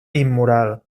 immoral